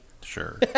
Sure